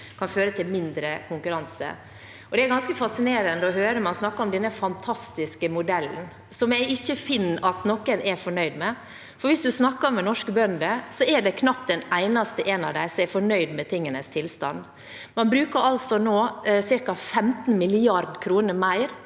kan føre til mindre konkurranse. Det er ganske fascinerende å høre at man snakker om denne fantastiske modellen, som jeg ikke finner at noen er fornøyd med. Hvis man snakker med norske bønder, er det knapt en eneste av dem som er fornøyd med tingenes tilstand. Man bruker altså nå ca. 15. mrd. kr mer